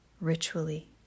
ritually